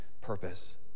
purpose